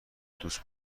دوست